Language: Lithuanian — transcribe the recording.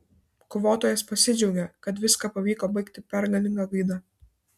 kovotojas pasidžiaugė kad viską pavyko baigti pergalinga gaida